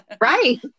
Right